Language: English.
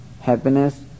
happiness